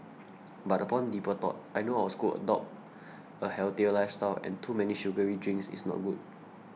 but upon deeper thought I know our school adopts a healthier lifestyle and too many sugary drinks is not good